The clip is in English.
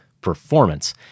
performance